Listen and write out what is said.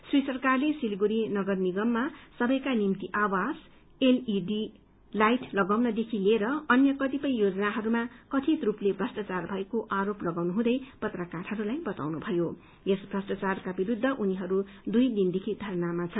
श्री सरकारले सिलगढ़ी नगर निगममा सबैका निम्ति आवास एलईडी लाइट लगाउनदेखि लिएर अन्य कतिपय योजनाहरूमा कथित रूपले भ्रष्टचार भएको आरोप लगाउनुहँदै पत्रकारहरूलाई बताउनुभयो यस भ्रष्टचारको विरूद्ध उनीहरू दुइ दिनदेखि धरनामा छन्